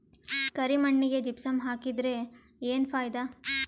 ಕರಿ ಮಣ್ಣಿಗೆ ಜಿಪ್ಸಮ್ ಹಾಕಿದರೆ ಏನ್ ಫಾಯಿದಾ?